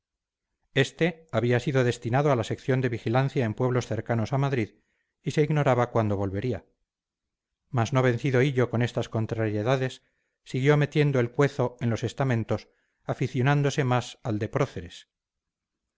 este había sido destinado a una sección de vigilancia en pueblos cercanos a madrid y se ignoraba cuándo volvería mas no vencido hillo con estas contrariedades siguió metiendo el cuezo en los estamentos aficionándose más al de próceres